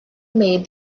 made